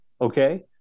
Okay